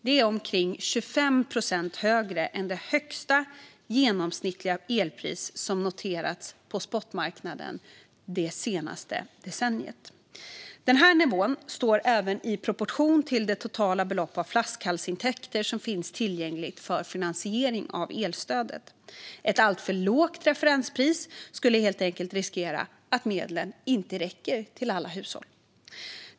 Det är omkring 25 procent högre än det högsta genomsnittliga elpris som noterats på spotmarknaden under det senaste decenniet. Denna nivå står även i proportion till det totala belopp av flaskhalsintäkter som finns tillgängligt för finansiering av elstödet. Ett alltför lågt referenspris skulle helt enkelt riskera att göra att medlen inte räcker till alla hushåll.